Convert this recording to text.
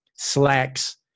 slacks